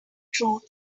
truth